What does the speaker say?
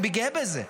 אני גאה בזה.